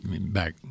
back